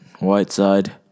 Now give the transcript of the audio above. Whiteside